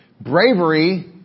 Bravery